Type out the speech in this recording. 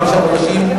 חמישה חודשים,